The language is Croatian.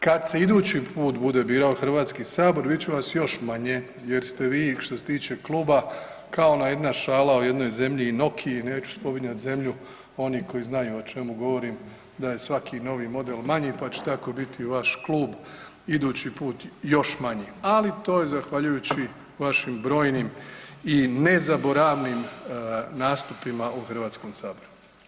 Kad se idući put bude birao Hrvatski sabor bit će vas još manje jer ste vi što se tiče kluba kao ona jedna šala o jednoj zemlji i Nokiji, neću spominjat zemlju oni koji znaju o čemu govorim da je svaki novi model manji pa će tako biti vaš klub idući put još manji, ali to je zahvaljujući vašim brojnim i nezaboravnim nastupnim u Hrvatskom saboru.